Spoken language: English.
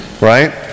right